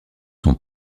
sont